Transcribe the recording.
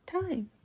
time